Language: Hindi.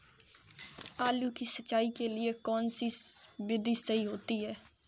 आलू की सिंचाई के लिए कौन सी विधि सही होती है?